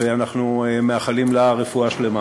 ואנחנו מאחלים לה רפואה שלמה.